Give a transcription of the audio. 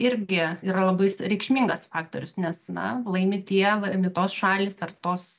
irgi yra labai reikšmingas faktorius nes na laimi tie laimi tos šalys ar tos